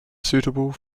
suitable